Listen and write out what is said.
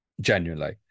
Genuinely